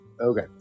Okay